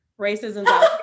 racism